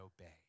obey